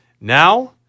Now